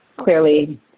clearly